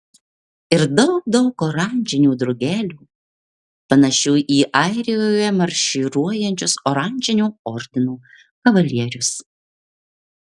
ir daug daug oranžinių drugelių panašių į airijoje marširuojančius oranžinio ordino kavalierius